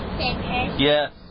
Yes